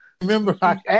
remember